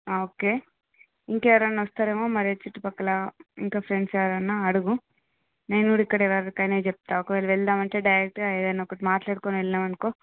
okay ఇంకెవరైనా వస్తారేమో మరి చుట్టుపక్కల ఇంక ఫ్రెండ్స్ ఎవరన్నా అడుగు నేను కూడా ఇక్కడ ఎవరికైనా చెప్తా ఒకవేళ వెళ్దామంటే డైరెక్ట్గా ఏదైనా ఒకటి మాట్లాడుకుని వెళ్ళాం అనుకో